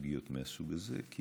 לסוגיות מהסוג הזה, כי